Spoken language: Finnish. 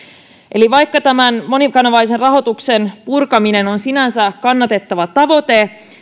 eli vaikka monikanavaisen rahoituksen purkaminen on sinänsä kannatettava tavoite